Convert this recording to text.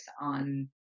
on